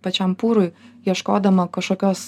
pačiam pūrui ieškodama kašokios